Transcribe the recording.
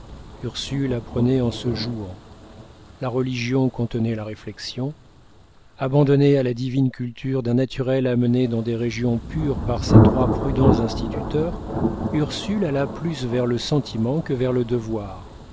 ursule apprenait en se jouant la religion contenait la réflexion abandonnée à la divine culture d'un naturel amené dans des régions pures par ces trois prudents instructeurs ursule alla plus vers le sentiment que vers le devoir